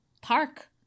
park